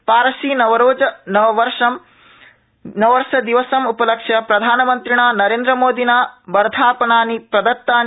परसी नवरोज नववर्षदिवसम्पलक्ष्य प्रधानमन्त्रिणा नरेन्देमोदिना वर्धापनानि प्रदत्तनि